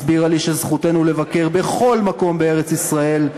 הסבירה לי שזכותנו לבקר בכל מקום בארץ-ישראל,